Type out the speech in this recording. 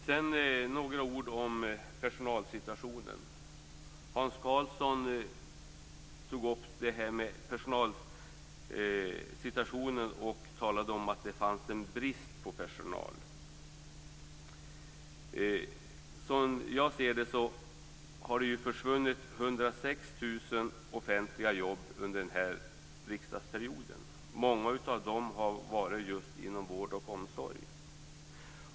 Sedan några ord om personalsituationen. Hans Karlsson tog upp personalsituationen och talade om att det fanns en brist på personal. Som jag ser det har det försvunnit 106 000 offentliga jobb under den här riksdagsperioden. Många av dem har funnits inom just vård och omsorg.